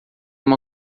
uma